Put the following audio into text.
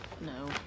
No